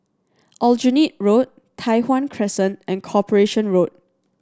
Aljunied Road Tai Hwan Crescent and Corporation Road